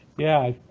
yeah,